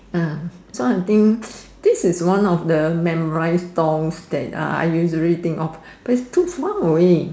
uh so I think this is one of the memorize stalls I usually think of but its too far away